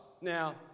now